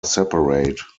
separate